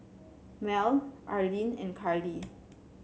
Mel Arline and Karly